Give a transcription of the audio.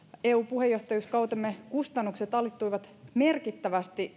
eu puheenjohtajuuskautemme kustannukset alittuivat merkittävästi